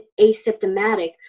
asymptomatic